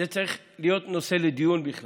זה צריך להיות נושא לדיון בכלל.